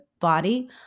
body